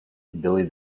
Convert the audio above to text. billy